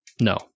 No